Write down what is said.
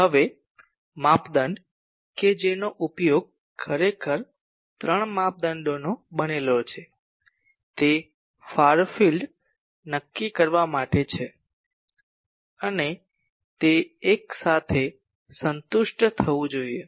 હવે માપદંડ કે જેનો ઉપયોગ ખરેખર ત્રણ માપદંડોનો છે તે ફાર ફિલ્ડ નક્કી કરવા માટે છે અને તે એક સાથે સંતુષ્ટ થવું જોઈએ